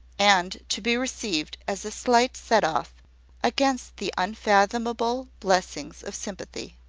and to be received as a slight set-off against the unfathomable blessings of sympathy.